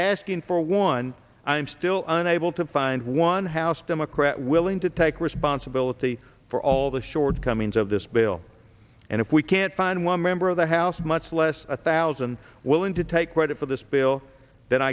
asking for one i am still unable to find one house democrat willing to take responsibility for all the shortcomings of this bill and if we can't find one member of the house much less a thousand willing to take credit for this bill th